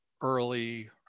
early